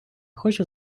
хочу